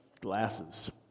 glasses